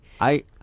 I-